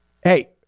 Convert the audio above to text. hey